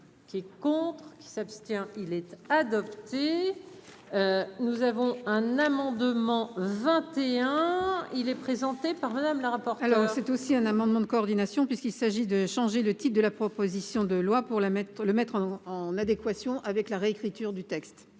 Qui est contre qui s'abstient-il être adopté, nous avons un amendement 21 il est présenté par Madame la rapport. Alors c'est aussi un amendement de coordination, puisqu'il s'agit de changer le type de la proposition de loi pour la mettre le mettre en adéquation avec la réécriture du texte.